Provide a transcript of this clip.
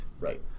Right